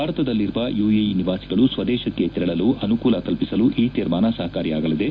ಭಾರತದಲ್ಲಿರುವ ಯುಎಇ ನಿವಾಸಿಗಳು ಸ್ವದೇಶಕ್ಕೆ ತೆರಳಲು ಅನುಕೂಲ ಕಲ್ಪಿಸಲು ಈ ತೀರ್ಮಾನ ಸಹಕಾರಿಯಾಗಲಿದೆ